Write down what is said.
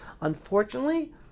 Unfortunately